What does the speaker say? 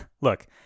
Look